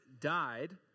died